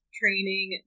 training